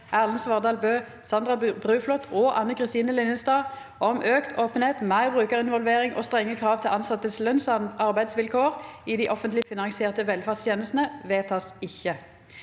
Erlend Svardal Bøe, Sandra Bruflot og Anne Kristine Linnestad om økt åpenhet, mer brukerinvolvering og strenge krav til ansattes lønns- og arbeidsvilkår i de offentlig finansierte velferdstjenestene – vedtas ikke.